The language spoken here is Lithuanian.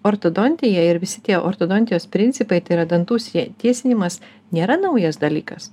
ortodontija ir visi tie ortodontijos principai tai yra dantų tiesinimas nėra naujas dalykas